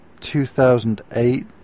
2008